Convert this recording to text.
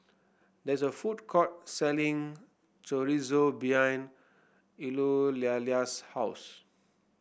there is a food court selling Chorizo behind Eulalia's house